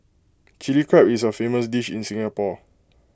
Chilli Crab is A famous dish in Singapore